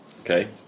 Okay